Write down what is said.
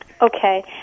Okay